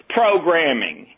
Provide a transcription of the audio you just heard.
programming